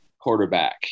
quarterback